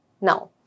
Now